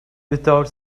without